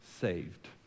saved